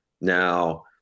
Now